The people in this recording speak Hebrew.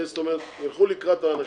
שילכו לקראת האנשים.